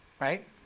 right